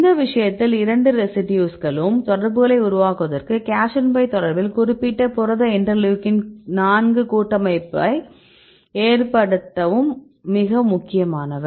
இந்த விஷயத்தில் இந்த இரண்டு ரெசிடியூஸ்களும் தொடர்புகளை உருவாக்குவதற்கும் கேஷன் பை தொடர்பில் குறிப்பிட்ட புரத இன்டர்லூயூகின் 4 கூட்டமைப்பு ஏற்படுத்தவும் மிக முக்கியமானவை